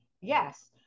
yes